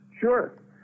Sure